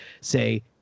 say